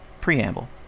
Preamble